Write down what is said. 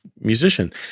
musician